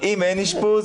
אם אין אשפוז,